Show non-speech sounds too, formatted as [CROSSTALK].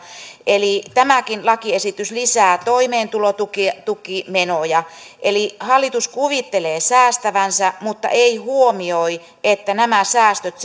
tämäkin lakiesitys lisää toimeentulotukimenoja eli hallitus kuvittelee säästävänsä mutta ei huomioi että nämä säästöt [UNINTELLIGIBLE]